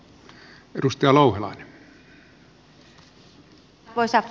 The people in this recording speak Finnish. arvoisa puhemies